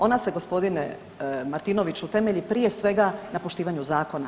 Ona se gospodine Martinoviću temelji prije svega na poštivanju zakona.